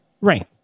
Right